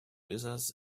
lizards